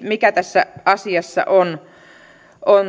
mikä tässä asiassa on on